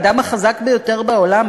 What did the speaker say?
האדם החזק ביותר בעולם,